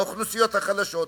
באוכלוסיות החלשות.